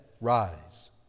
rise